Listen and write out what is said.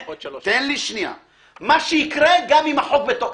אני אגיד לך מה זאת הוראת שעה.